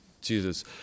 Jesus